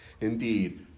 Indeed